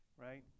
Right